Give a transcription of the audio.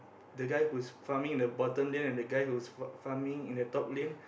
the guy who is farming at the bottom lane and the guy who is farming at the top lane